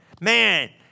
Man